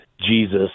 Jesus